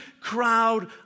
crowd